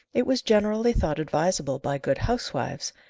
it was generally thought advisable, by good housewives,